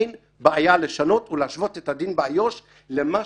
אין בעיה לשנות ולהשוות את הדין באיו"ש למה